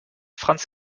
franz